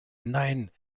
nein